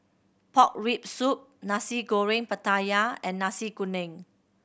pork rib soup Nasi Goreng Pattaya and Nasi Kuning